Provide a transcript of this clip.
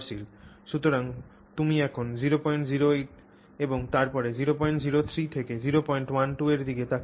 সুতরাং তুমি এখন 008 এবং তারপরে 003 থেকে 012 এর দিকে তাকিয়ে আছ